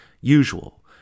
usual